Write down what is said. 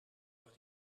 auch